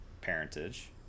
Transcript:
parentage